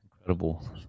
Incredible